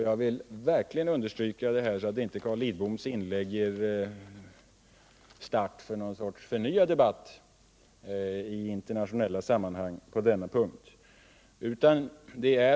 Jag vill verkligen understryka detta, så att inte Carl Lidboms inlägg startar en förnyad debatt i internationella sammanhang på denna punkt.